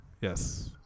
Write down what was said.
Yes